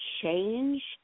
change